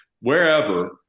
wherever